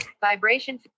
Vibration